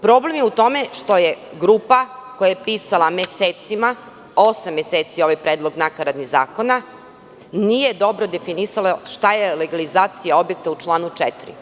Problem je u tome što je grupa koja je pisala mesecima, osam meseci ovaj naknadni predlog zakona, nije dobro definisala šta je legalizacija objekata u članu 4.